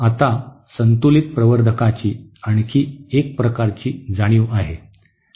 आता संतुलित प्रवर्धकाची आणखी एक प्रकारची जाणीव आहे